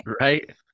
right